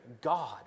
God